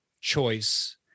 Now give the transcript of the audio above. choice